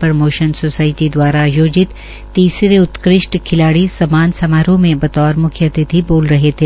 promotion society दवारा आयोजित तीसरे उत्कृष् खिलाड़ी सम्मान समारोह में बतौर मुख्यातिथि बोल रहे थे